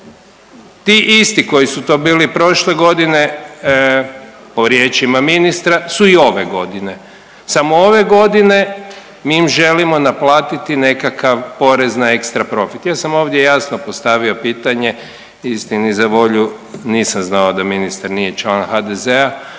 Ti isti koji su to bili prošle godine po riječima ministra su i ove godine. Samo ove godine mi im želimo naplatiti nekakav porez na ekstra profit. Ja sam ovdje jasno postavio pitanje, istini za volju nisam znao da ministar nije član HDZ-a,